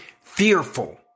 fearful